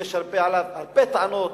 יש עליו הרבה טענות: